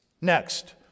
Next